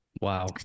wow